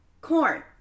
corn